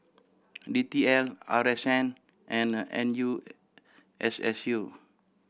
D T L R S N and N U S S U